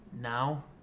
now